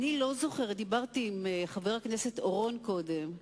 אני לא זוכרת, דיברתי עם חבר הכנסת אורון קודם.